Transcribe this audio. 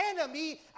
enemy